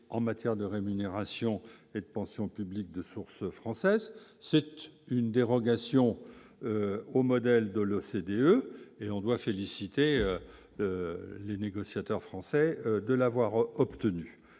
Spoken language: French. en matière de rémunérations et pensions publiques de source française, c'est une dérogation au modèle de l'OCDE et on doit féliciter les négociateurs français de l'avoir obtenu,